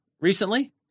recently